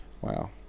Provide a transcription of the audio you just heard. wow